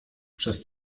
przez